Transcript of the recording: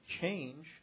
change